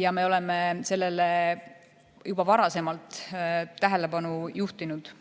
ja me oleme sellele juba varasemalt tähelepanu juhtinud.